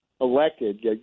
Elected